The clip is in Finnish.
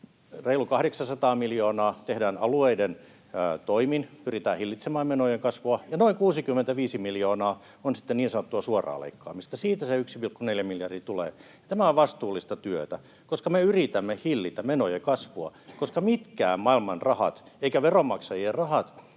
reilut 800 miljoonaa tehdään alueiden toimin, pyritään hillitsemään menojen kasvua, [Annika Saarikko: Kyllä!] ja noin 65 miljoonaa on sitten niin sanottua suoraan leikkaamista. Siitä se 1,4 miljardia tulee. Tämä on vastuullista työtä, koska me yritämme hillitä menojen kasvua, koska eivät mitkään maailman rahat eivätkä veronmaksajien rahat